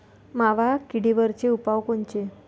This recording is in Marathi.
मावा किडीवरचे उपाव कोनचे?